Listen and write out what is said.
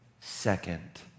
second